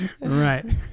Right